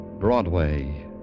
Broadway